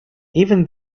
even